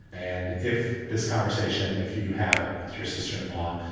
and if this conversation, if you have it with your sister in law,